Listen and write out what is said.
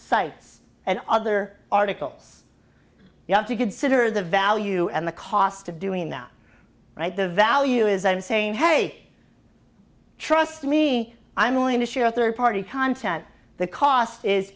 sites and other articles you have to consider the value and the cost of doing them right the value is and saying hey trust me i'm willing to share a third party content the cost is